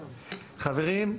חברים,